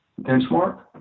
benchmark